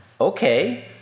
Okay